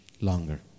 longer